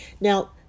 Now